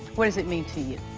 what does it mean to you?